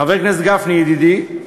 חבר הכנסת גפני, ידידי,